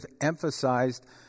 emphasized